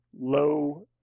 low